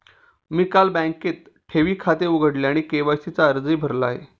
मी काल बँकेत ठेवी खाते उघडले आणि के.वाय.सी चा अर्जही भरला आहे